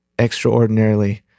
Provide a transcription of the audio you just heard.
extraordinarily